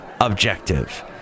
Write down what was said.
objective